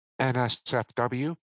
NSFW